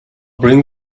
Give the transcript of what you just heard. bring